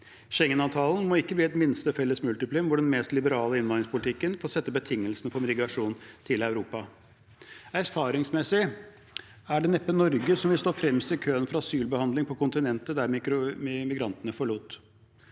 Schengen-avtalen må ikke bli et minste felles multiplum hvor den mest liberale innvandringspolitikken får sette betingelsene for immigrasjon til Europa. Erfaringsmessig er det neppe Norge som vil stå fremst i køen for asylbehandling på kontinentet migrantene forlot.